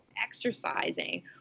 exercising